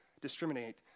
discriminate